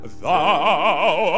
thou